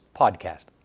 Podcast